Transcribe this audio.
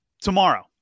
tomorrow